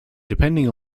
depending